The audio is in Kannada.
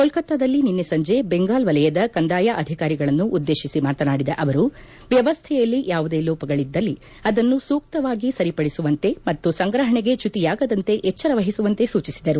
ಕೋಲ್ಕತ್ತಾದಲ್ಲಿ ನಿನ್ನೆ ಸಂಜೆ ಬೆಂಗಾಲ್ ವಲಯದ ಕಂದಾಯ ಅಧಿಕಾರಿಗಳನ್ನು ಉದ್ದೇಶಿಸಿ ಮಾತನಾಡಿದ ಅವರು ವ್ಯವಸ್ಥೆಯಲ್ಲಿ ಯಾವುದೇ ಲೋಪಗಳಿದ್ದಲ್ಲಿ ಅದನ್ನು ಸೂಕ್ತವಾಗಿ ಸರಿಪಡಿಸುವಂತೆ ಮತ್ತು ಸಂಗ್ರಪಣೆಗೆ ಚ್ಯುತಿಯಾಗದಂತೆ ಎಜ್ಜರವಹಿಸುವಂತೆ ಸೂಚಿಸಿದರು